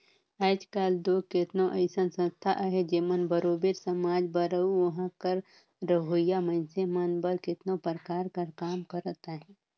आएज काएल दो केतनो अइसन संस्था अहें जेमन बरोबेर समाज बर अउ उहां कर रहोइया मइनसे मन बर केतनो परकार कर काम करत अहें